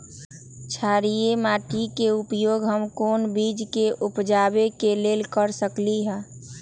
क्षारिये माटी के उपयोग हम कोन बीज के उपजाबे के लेल कर सकली ह?